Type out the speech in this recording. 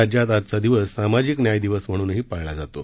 राज्यात आजचा दिवस सामाजिक न्याय दिवस म्हणूनही पाळला जातो